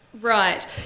Right